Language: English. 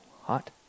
hot